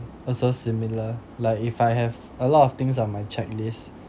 also similar like if I have a lot of things on my checklist